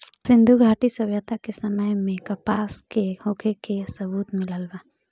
सिंधुघाटी सभ्यता के समय में कपास के होखे के सबूत मिलल बा